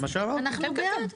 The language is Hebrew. אנחנו בעד.